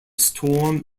storm